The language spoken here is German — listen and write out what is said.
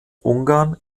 ungarn